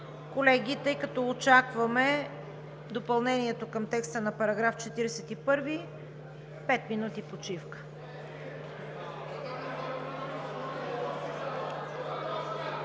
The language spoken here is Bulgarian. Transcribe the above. Колеги, тъй като очакваме допълнението към текста на § 41, пет минути почивка.